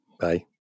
bye